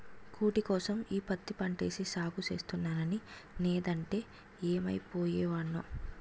కూటికోసం ఈ పత్తి పంటేసి సాగు సేస్తన్నగానీ నేదంటే యేమైపోయే వోడ్నో